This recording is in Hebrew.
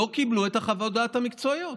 לא קיבלו את חוות הדעת המקצועיות,